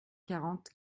quarante